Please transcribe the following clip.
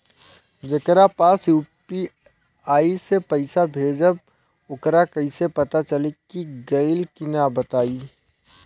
जेकरा पास यू.पी.आई से पईसा भेजब वोकरा कईसे पता चली कि गइल की ना बताई?